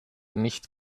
nicht